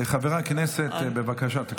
חברי הכנסת, בבקשה, תקשיבו.